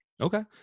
okay